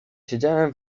siedziałem